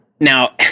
Now